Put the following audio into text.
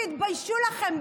תתביישו לכם.